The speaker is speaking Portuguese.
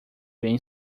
bem